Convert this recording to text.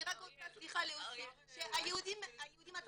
אני רק רוצה להוסיף שהיהודים הצרפתים,